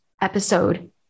episode